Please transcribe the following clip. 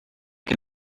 can